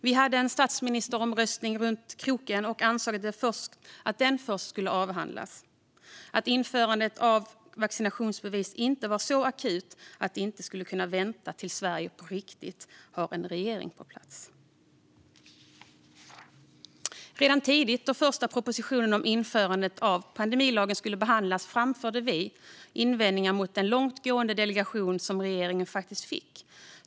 Vi hade en statsministeromröstning runt hörnet och ansåg att den först skulle avhandlas - att införandet av vaccinationsbevis inte var så akut att det inte skulle kunna vänta tills Sverige på riktigt hade en regering på plats. Redan tidigt, då den första propositionen om införande av pandemilagen skulle behandlas, framförde vi invändningar mot den långtgående delegation som regeringen fick.